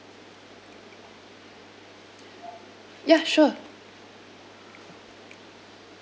ya sure